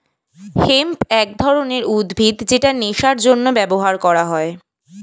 hemp এক ধরনের উদ্ভিদ যেটা নেশার জন্য ব্যবহার করা হয়